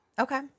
Okay